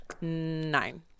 nine